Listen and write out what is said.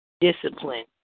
discipline